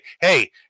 Hey